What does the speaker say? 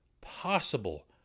possible